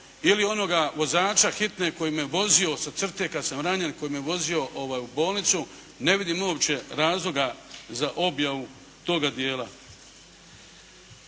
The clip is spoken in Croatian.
ili onoga vozača hitne koji me vozio sa crte kad sam ranjen, koji me vozio u bolnicu, ne vidim uopće razloga za objavu toga dijela.